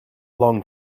long